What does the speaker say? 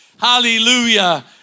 Hallelujah